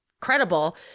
credible